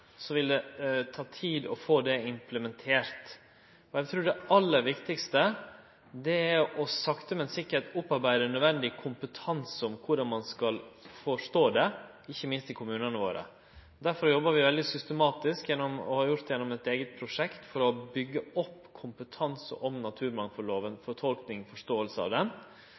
vil det ta tid å få det implementert. Eg trur at det aller viktigaste er sakte men sikkert å opparbeide nødvendig kompetanse om korleis ein skal forstå det, ikkje minst i kommunane våre. Derfor jobbar vi veldig systematisk gjennom eit eige prosjekt for å byggje opp kompetanse om naturmangfaldlova – fortolking og forståing av